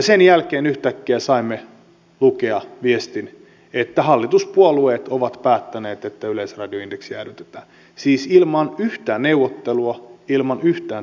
sen jälkeen yhtäkkiä saimme lukea viestin että hallituspuolueet ovat päättäneet että yleisradion indeksi jäädytetään siis ilman yhtään neuvottelua ilman yhtään tapaamista